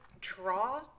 draw